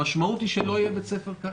המשמעות היא שלא יהיה בית ספר קיץ,